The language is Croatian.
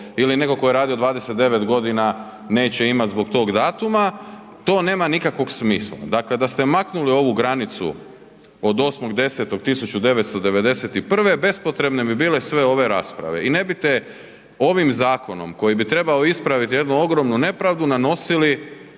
ili neko ko je radio 29 godina neće imati zbog tog datuma to nema nikakvog smisla. Dakle da ste maknuli ovu granicu od 8.10.1991. bespotrebne bi bile sve ove rasprave i ne bite ovim zakonom koji bi trebao ispraviti jednu ogromnu nepravdu nanosili